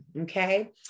Okay